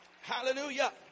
Hallelujah